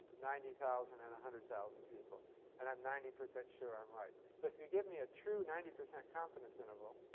ninety thousand and one hundred thousand people and i'm ninety percent sure i'm right. so if you give me a true ninety percent confidence interval,